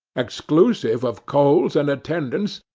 exclusive of coals and attendance,